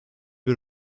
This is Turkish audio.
bir